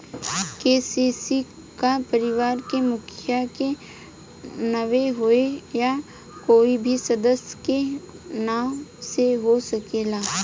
KCC का परिवार के मुखिया के नावे होई या कोई भी सदस्य के नाव से हो सकेला?